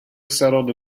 settled